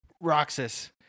Roxas